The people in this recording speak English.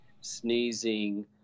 sneezing